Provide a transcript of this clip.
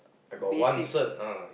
basic